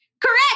correct